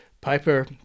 Piper